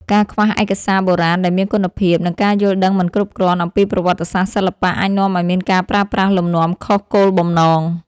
ការខ្វះឯកសារបុរាណដែលមានគុណភាព និងការយល់ដឹងមិនគ្រប់គ្រាន់អំពីប្រវត្តិសាស្ត្រសិល្បៈអាចនាំឲ្យមានការប្រើប្រាស់លំនាំខុសគោលបំណង។